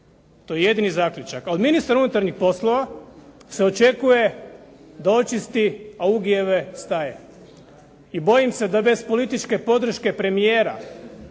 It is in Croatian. To je jedini zaključak. A od ministra unutarnjih poslova se očekuje da očisti Augijeve staje i bojim se da bez političke podrške premijera